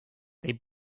they